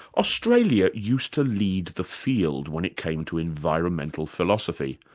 australia used to lead the field when it came to environmental philosophy,